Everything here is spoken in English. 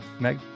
meg